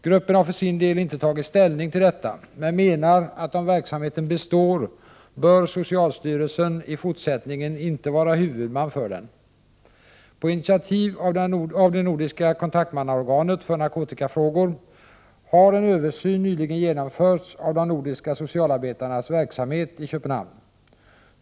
Gruppen har för sin del inte tagit ställning till detta, men menar att om verksamheten består, bör socialstyrelsen i fortsättningen inte vara huvudman för den. På initiativ av nordiska kontaktmannaorganet för narkotikafrågor har en översyn nyligen genomförts av de nordiska socialarbetarnas verksamhet i Köpenhamn.